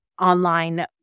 online